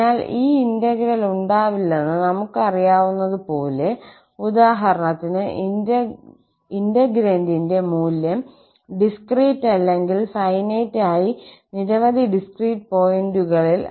അതിനാൽ ഈ ഇന്റഗ്രൽ ഉണ്ടാവില്ലെന്ന് നമുക്കറിയാവുന്നതുപോലെ ഉദാഹരണത്തിന് ഇന്റെഗ്രേന്റിന്റെ മൂല്യം ഡിസ്ക്രീറ്റ് അല്ലെങ്കിൽ ഫൈനൈറ്റ് ആയ നിരവധി ഡിസ്ക്രീറ്റ് പോയിന്റുകളിൽ